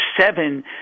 seven